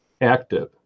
active